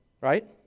right